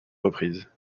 reprises